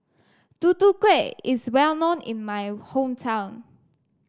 Tutu Kueh is well known in my hometown